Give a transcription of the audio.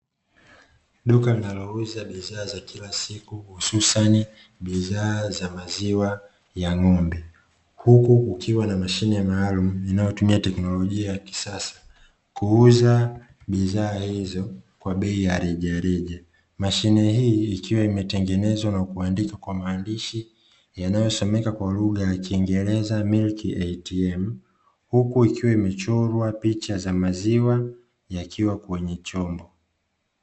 Duka linalouza bidhaa za kila siku hususani bidhaa za maziwa ya ng'ombe, huku kukiwa na mashine maalum inayotumia teknolojia ya kisasa kuuza bidhaa hizo kwa bei ya rejareja. Mashine hii ikiwa imetengenezwa na kuandika kwa maandishi yanayosomeka kwa lugha ya kiingereza "Milk ATM", huku ikiwa imechorwa picha za maziwa yakiwa kwenye chombo.